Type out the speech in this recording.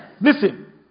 Listen